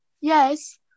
yes